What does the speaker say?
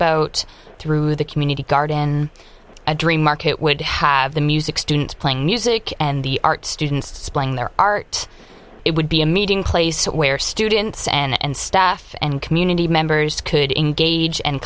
about through the community garden a dream market would have the music students playing music and the art students spying their art it would be a meeting place where students and staff and community members could engage